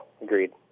agreed